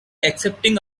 accepting